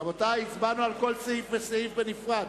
רבותי, הצבענו על כל סעיף וסעיף בנפרד.